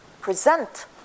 present